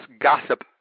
gossip